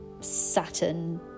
Saturn